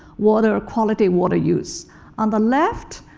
water ah quality, water use on the left,